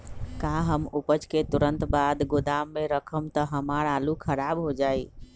का हम उपज के तुरंत बाद गोदाम में रखम त हमार आलू खराब हो जाइ?